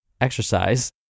exercise